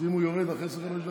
אז אם הוא יורד אחרי 25 דקות,